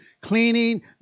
cleaning